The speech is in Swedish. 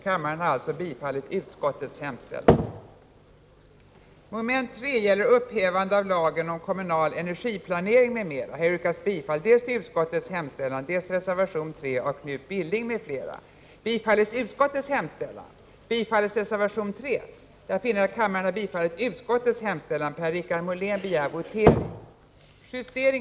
Mom. 5 och 6 Utskottets hemställan bifölls. 22 § Särskilda lokallån Föredrogs bostadsutskottets betänkande 1984 85 inom bostadsdepartementets verksamhetsområde .